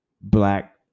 black